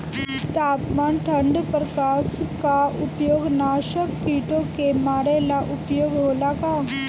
तापमान ठण्ड प्रकास का उपयोग नाशक कीटो के मारे ला उपयोग होला का?